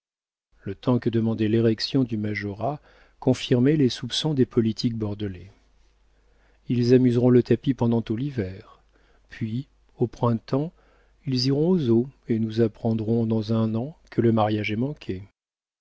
le temps que demandait l'érection du majorat confirmait les soupçons des politiques bordelais ils amuseront le tapis pendant tout l'hiver puis au printemps ils iront aux eaux et nous apprendrons dans un an que le mariage est manqué